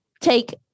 take